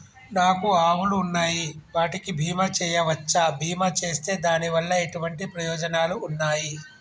నాకు ఆవులు ఉన్నాయి వాటికి బీమా చెయ్యవచ్చా? బీమా చేస్తే దాని వల్ల ఎటువంటి ప్రయోజనాలు ఉన్నాయి?